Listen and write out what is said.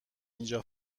اینجا